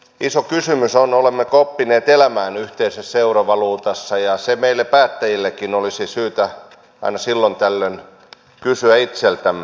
iso kysymys on olemmeko oppineet elämään yhteisessä eurovaluutassa ja sitä meidän päättäjienkin olisi syytä aina silloin tällöin kysyä itseltämme